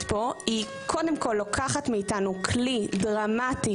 פה היא קודם כל לוקחת מאיתנו כלי דרמטי,